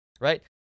Right